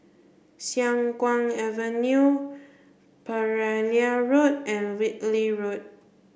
Siang Kuang Avenue Pereira Road and Whitley Road